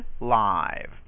live